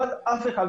יש גם חריגות